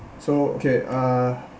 so okay uh